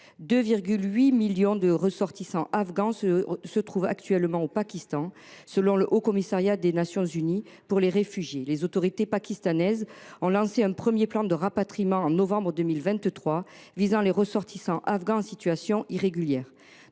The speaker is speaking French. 2,8 millions de ressortissants afghans se trouvent actuellement au Pakistan selon le Haut Commissariat des Nations unies pour les réfugiés. Les autorités pakistanaises ont lancé un premier plan de rapatriement en novembre 2023 visant les ressortissants afghans en situation irrégulière.